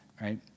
Right